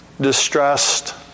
distressed